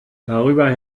darüber